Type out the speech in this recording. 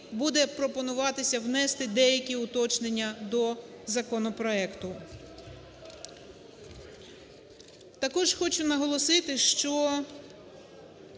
буде пропонуватися внести деякі уточнення до законопроекту. Також хочу наголосити, що…